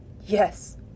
Yes